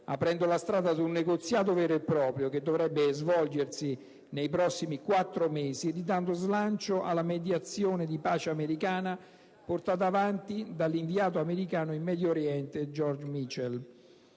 aprendo la strada ad un negoziato vero e proprio, che dovrebbe svolgersi nei prossimi quattro mesi, ridando slancio alla mediazione di pace americana portata avanti dall'inviato americano in Medio Oriente George Mitchell.